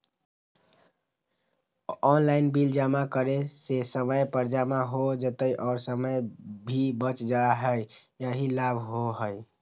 Online bill जमा करे से समय पर जमा हो जतई और समय भी बच जाहई यही लाभ होहई?